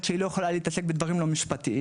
שהיא לא יכולה להתעסק בדברים לא משפטיים,